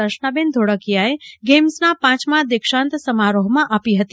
દર્શનાબેન ધોળકિયાએ ગેઇમ્સના પાંચમા દીક્ષાંત સમારોહમાં આપી હતી